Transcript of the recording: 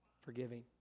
forgiving